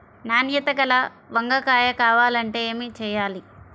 నాణ్యత గల వంగ కాయ కావాలంటే ఏమి చెయ్యాలి?